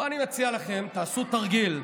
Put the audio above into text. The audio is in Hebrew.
בואו, אני מציע לכם, תעשו תרגיל.